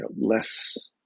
less